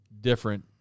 different